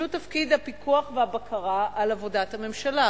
שהוא תפקיד הפיקוח והבקרה על עבודת הממשלה.